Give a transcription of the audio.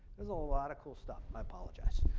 there's a lot of cool stuff i apologize.